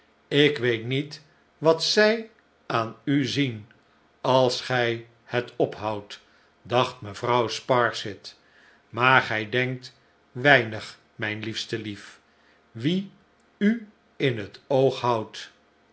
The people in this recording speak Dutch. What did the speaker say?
ik weet niet wat zij aan u zien als gij het ophoudt dacht mevrouw sparsit maar gij denkt weinig mijn liefste lief wie u in het ooghoudt